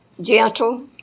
gentle